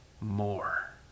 more